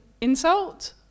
insult